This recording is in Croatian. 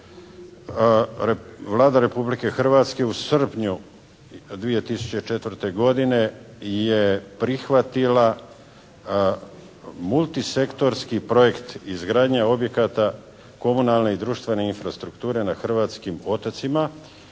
Vlada Republike Hrvatske u srpnju 2004. godine je prihvatila multisektorski projekt izgradnje objekata komunalne i društvene infrastrukture na hrvatskim otocima